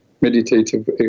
meditative